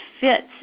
fits